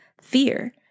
fear